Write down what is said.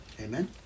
Amen